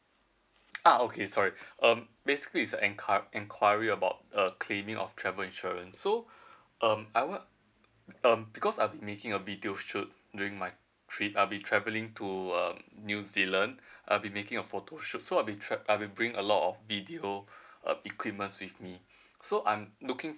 ah okay sorry um basically it's an enquiry enquiry about a claiming of travel insurance so um I want uh um because I'd be making a video shoot during my trip uh be travelling to uh new zealand I'll be making a photo shoot so be travel I'd be bringing a lot of video uh equipments with me so I'm looking